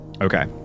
okay